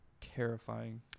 Terrifying